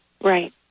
Right